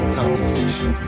conversation